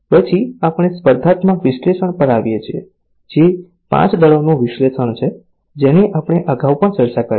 પછી આપણે સ્પર્ધાત્મક વિશ્લેષણ પર આવીએ છીએ જે 5 દળોનું વિશ્લેષણ છે જેની આપણે અગાઉ પણ ચર્ચા કરી છે